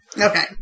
Okay